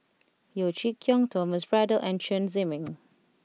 Yeo Chee Kiong Thomas Braddell and Chen Zhiming